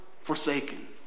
forsaken